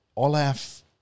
Olaf